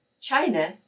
China